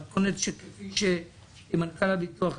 כפי שמנכ"ל הביטוח הלאומי,